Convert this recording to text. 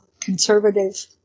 conservative